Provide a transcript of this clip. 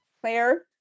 Claire